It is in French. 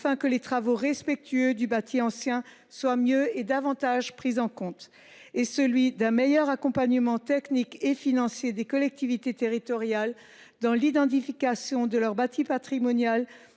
afin que les travaux respectueux du bâti ancien soient mieux et davantage pris en compte ; enfin, un meilleur accompagnement technique et financier des collectivités territoriales dans l’identification de leur bâti patrimonial,